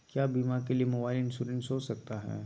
क्या बीमा के लिए मोबाइल इंश्योरेंस हो सकता है?